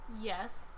Yes